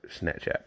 snapchat